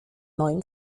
neuen